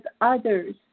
others